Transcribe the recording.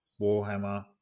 Warhammer